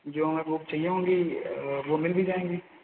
जो हमें बुक चाहिए होगी वह मिल भी जाएंगी